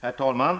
Herr talman!